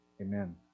Amen